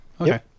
Okay